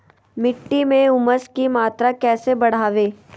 मिट्टी में ऊमस की मात्रा कैसे बदाबे?